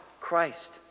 Christ